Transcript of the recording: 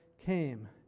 came